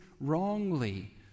wrongly